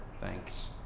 thanks